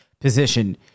position